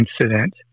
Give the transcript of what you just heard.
incident